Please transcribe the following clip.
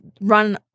run